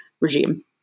regime